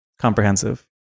Comprehensive